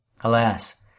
Alas